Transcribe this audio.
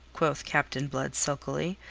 quoth captain blood silkily.